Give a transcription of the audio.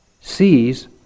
sees